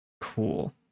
Cool